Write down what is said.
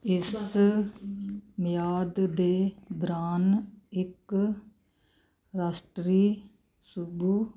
ਇਸ ਮਿਆਦ ਦੇ ਦੌਰਾਨ ਇੱਕ ਰਾਸ਼ਟਰੀ ਵੁਸ਼ੂ